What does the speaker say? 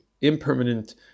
impermanent